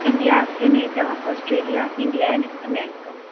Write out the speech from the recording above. India Canada Australia England America